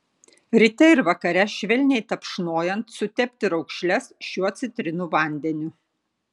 ryte ir vakare švelniai tapšnojant sutepti raukšles šiuo citrinų vandeniu